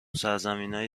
سرزمینای